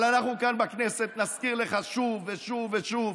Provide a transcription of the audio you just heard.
אבל אנחנו כאן בכנסת נזכיר לך שוב ושוב ושוב,